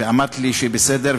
ואמרת לי שבסדר,